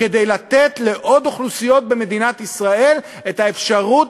כדי לתת לעוד אוכלוסיות במדינת ישראל את האפשרות